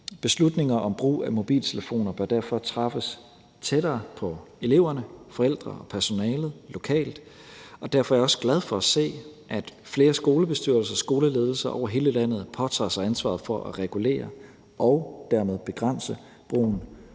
Beslutninger om brug af mobiltelefoner bør derfor træffes tættere på eleverne, forældrene og personalet, lokalt. Og derfor er jeg også glad for at se, at flere skolebestyrelser og skoleledelser over hele landet påtager sig ansvaret for at regulere og dermed begrænse brugen